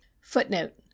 Footnote